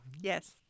Yes